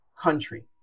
country